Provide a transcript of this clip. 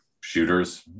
shooters